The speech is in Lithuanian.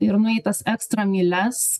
ir nueitas ekstra mylias